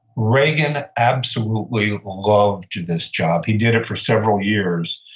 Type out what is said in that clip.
reagan absolutely loved this job. he did it for several years.